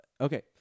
Okay